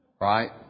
Right